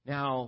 Now